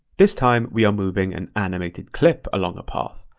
this time, we are moving an animated clip along a path.